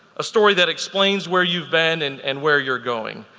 a story that explains where you've been and and where you're going.